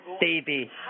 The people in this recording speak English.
baby